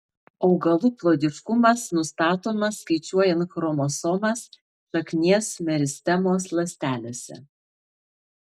augalų ploidiškumas nustatomas skaičiuojant chromosomas šaknies meristemos ląstelėse